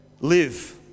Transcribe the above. live